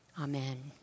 Amen